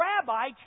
rabbi